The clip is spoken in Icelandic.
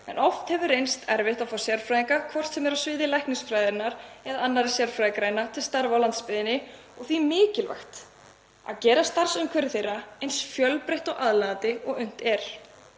en oft hefur reynst erfitt að fá sérfræðinga, hvort sem er á sviði læknisfræði eða annarra sérfræðigreina, til starfa á landsbyggðinni og því mikilvægt að gera starfsumhverfi þeirra eins fjölbreytt og aðlaðandi og unnt er.